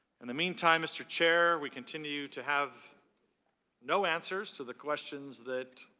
and the meantime mr. chair, we continue to have no answers to the questions that